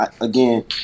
again